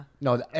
No